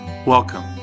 Welcome